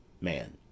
Man